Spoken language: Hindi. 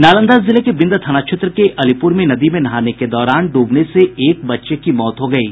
नालंदा जिले के बिंद थाना क्षेत्र के अलीपूर में नदी में नहाने के दौरान ड्बने से एक बच्चे की मौत हो गयी